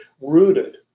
rooted